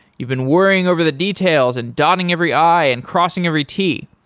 you've been worrying over the details and dotting every i and crossing every t.